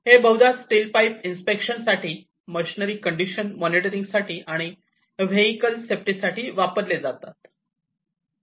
हे बहुदा steel pipe inspection साठी मशिनरी कंडिशन मॉनिटरिंग साठी आणि वेहिकल सेफ्टी तपासण्यासाठी वापरले जातात